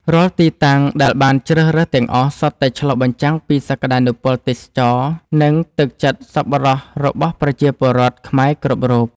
រាល់ទីតាំងដែលបានជ្រើសរើសទាំងអស់ សុទ្ធតែឆ្លុះបញ្ចាំងពីសក្ដានុពលទេសចរណ៍ និងទឹកចិត្តសប្បុរសរបស់ប្រជាពលរដ្ឋខ្មែរគ្រប់រូប។